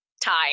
time